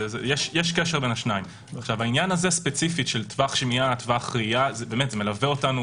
יש קשר בין השניים העניין הזה של טווח שמיעה וראייה מלווה אותנו